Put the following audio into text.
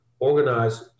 organize